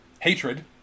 hatred